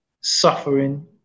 suffering